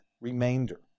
remainder